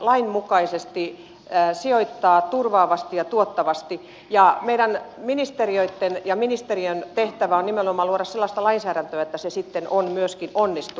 lain mukaisesti sijoittaa turvaavasti ja tuottavasti ja meidän ministeriöitten ja ministerien tehtävä on nimenomaan luoda sellaista lainsäädäntöä että se sitten myöskin onnistuu